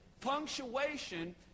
Punctuation